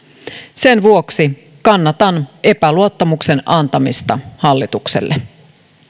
sen vuoksi kannatan epäluottamuksen antamista hallitukselle